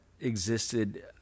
existed